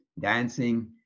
dancing